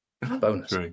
bonus